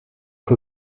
que